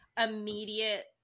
immediate